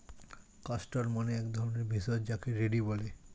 castor মানে এক ধরণের ভেষজ যাকে রেড়ি বলে